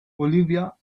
olivia